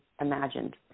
imagined